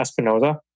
Espinoza